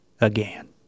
again